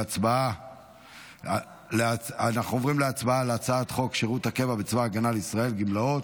כעת להצבעה על הצעת חוק שירות הקבע בצבא הגנה לישראל (גמלאות)